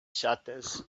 shutters